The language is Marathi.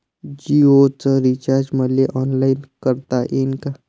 जीओच रिचार्ज मले ऑनलाईन करता येईन का?